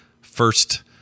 first